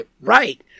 Right